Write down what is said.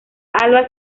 alba